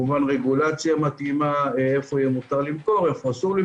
רגולציה מתאימה, איפה מותר למכור ואיפה אסור.